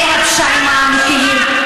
אלה הפשעים האמיתיים.